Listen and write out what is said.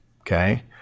okay